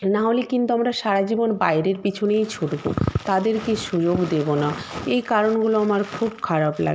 না হলে কিন্তু আমরা সারা জীবন বাইরের পিছনেই ছুটবো তাদেরকে সুযোগ দেবো না এই কারণগুলো আমার খুব খারাপ লা